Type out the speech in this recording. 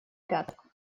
пяток